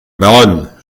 baronne